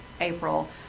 April